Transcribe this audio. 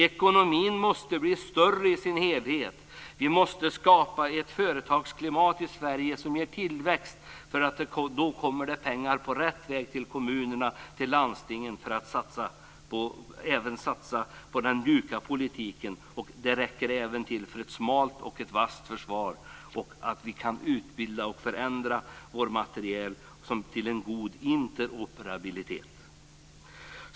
Ekonomin måste bli större i sin helhet. Vi måste skapa ett företagsklimat i Sverige som ger tillväxt, för då kommer det pengar på rätt väg till kommunerna och landstingen för satsningar även på den mjuka politiken. Det räcker även till ett smalt och vasst försvar, och vi kan då utbilda till en god interoperabilitet och förbättra vår materiel.